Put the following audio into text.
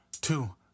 two